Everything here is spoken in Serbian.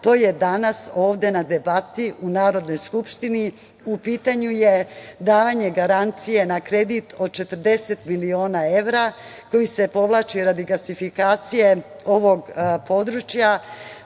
to je danas ovde na debati u Narodnoj skupštini, u pitanju je davanje garancije na kredit od 40 miliona evra koji se povlači radi gasifikacije ovog područja.